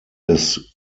des